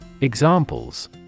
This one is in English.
Examples